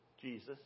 Jesus